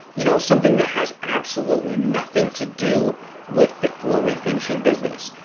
you know something that has absolutely nothing to do with the floor refinishing business.